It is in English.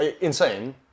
insane